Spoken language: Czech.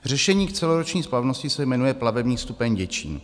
Řešení k celoroční splavnosti se jmenuje plavební stupeň Děčín.